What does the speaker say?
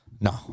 No